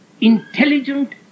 intelligent